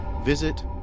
visit